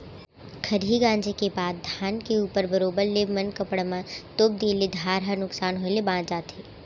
खरही गॉंजे के बाद धान के ऊपर बरोबर ले मनकप्पड़ म तोप दिए ले धार ह नुकसान होय ले बॉंच जाथे